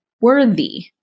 worthy